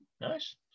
nice